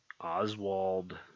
oswald